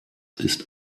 ist